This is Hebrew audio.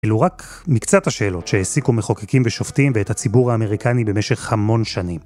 אלו רק מקצת השאלות שהעסיקו מחוקקים ושופטים ואת הציבור האמריקני במשך חמון שנים.